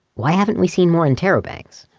why haven't we seen more interrobangs?